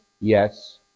Yes